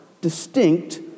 distinct